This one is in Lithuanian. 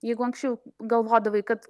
jeigu anksčiau galvodavai kad